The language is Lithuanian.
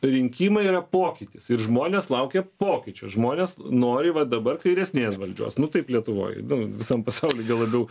rinkimai yra pokytis ir žmonės laukia pokyčio žmonės nori va dabar kairesnės valdžios nu taip lietuvoj nu visam pasauly gal labiau